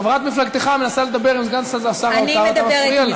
חברת מפלגתך מנסה לדבר עם סגן שר האוצר ואתה מפריע לה.